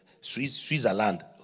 Switzerland